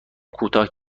کوتاه